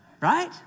right